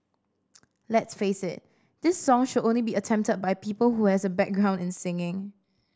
let's face it this song should only be attempted by people who has a background in singing